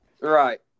Right